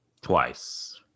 Twice